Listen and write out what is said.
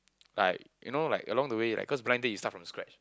like you know like along the way like cause blind date you start from scratch